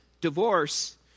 divorce